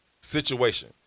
situation